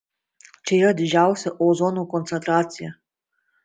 čia yra ir didžiausia ozono koncentracija